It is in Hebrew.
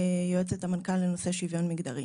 אני פה על מנת לספר את הסיפור שלי,